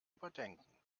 überdenken